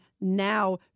now